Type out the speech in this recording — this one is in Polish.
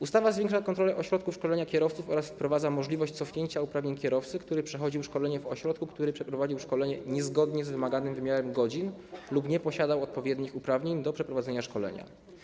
Ustawa zwiększa kontrolę ośrodków szkolenia kierowców oraz wprowadza możliwość cofnięcia uprawnień kierowcy, który przechodził szkolenie w ośrodku, który przeprowadził szkolenie niezgodnie z wymaganym wymiarem godzin lub nie posiadał odpowiednich uprawnień do przeprowadzenia szkolenia.